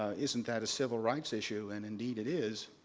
ah isn't that a civil rights issue? and indeed, it is.